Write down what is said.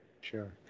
Sure